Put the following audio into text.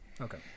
Okay